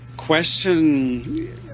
question